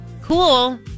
cool